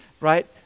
Right